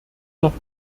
noch